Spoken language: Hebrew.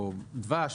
או דבש,